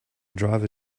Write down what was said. driver